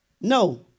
No